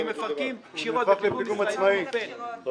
אם מפרקים קשירות בפיגום ישראלי הוא נופל --- על קשירות,